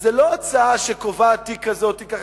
וזו לא הצעה שקובעת תיק כזה או תיק אחר.